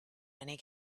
many